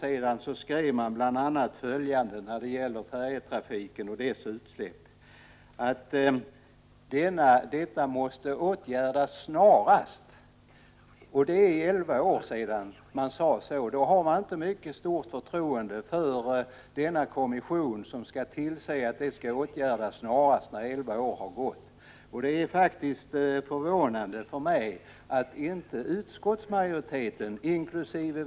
Man skrev bl.a. under på att färjetrafikens utsläpp måste åtgärdas snarast. Man får ju inte särskilt stort förtroende för den kommission som skulle tillse att detta åtgärdades snarast, när elva år har gått utan att någonting hänt. Det är faktiskt förvånande för mig att inte utskottsmajoriteten, inkl.